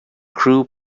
crew